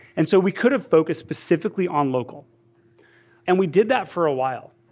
and so we could have focused specifically on local and we did that for a while.